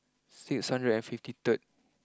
six hundred and fifty third